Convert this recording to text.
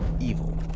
evil